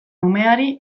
umeari